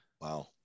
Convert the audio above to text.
Wow